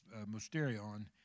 mysterion